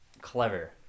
clever